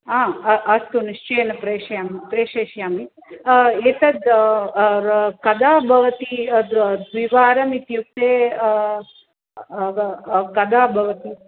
हा अ अस्तु निश्चयेन प्रेषयामि प्रेषयिष्यामि एतद् कदा भवति द्विवारम् इत्युक्ते कदा भवति